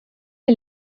est